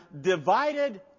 divided